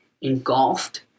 engulfed